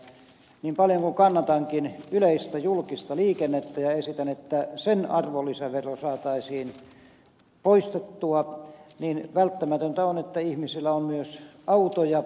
niin paljon kuin kannatankin yleistä julkista liikennettä ja esitän että sen arvonlisävero saataisiin poistettua niin välttämätöntä on että ihmisillä on myös autoja